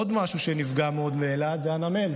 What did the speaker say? עוד משהו שנפגע מאוד באילת זה הנמל,